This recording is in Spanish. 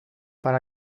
para